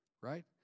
Right